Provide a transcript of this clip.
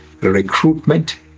Recruitment